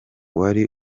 wari